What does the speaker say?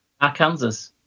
Arkansas